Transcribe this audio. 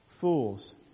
fools